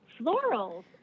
florals